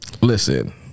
Listen